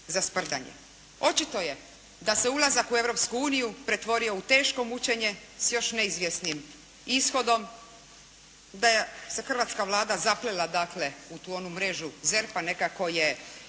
Očito je da se ulazak u Europsku uniju pretvorio u teško mučenje s još neizvjesnim ishodom, da se hrvatska Vlada zaplela u tu onu mrežu ZERP-a, nekako je